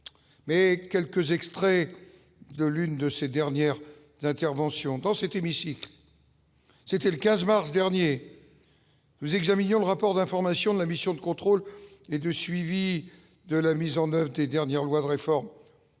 mais quelques extraits de l'une de ses dernières interventions dans cette émission, c'était le 15 mars dernier nous examinions le rapport d'information de la mission de contrôle et de suivi de la mise en oeuvre des dernières lois de réforme.